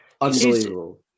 Unbelievable